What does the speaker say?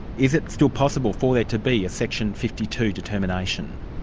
is it still possible for there to be a section fifty two determination?